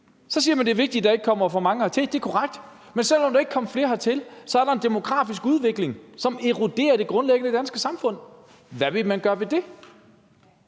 Så siger man, at det er vigtigt, at der ikke kommer for mange hertil. Det er korrekt, men selv om der ikke kom flere hertil, er der en demografisk udvikling, som eroderer det grundlæggende danske samfund. Hvad vil man gøre ved det?